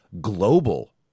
global